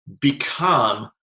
become